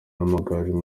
n’amagaju